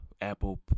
Apple